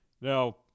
Now